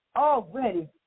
already